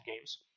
games